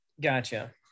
gotcha